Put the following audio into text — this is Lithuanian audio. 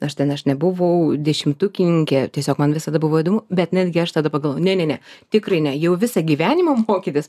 aš ten aš nebuvau dešimtukininkė tiesiog man visada buvo įdomu bet netgi aš tada pagalvojau ne ne ne tikriai ne jau visą gyvenimą mokytis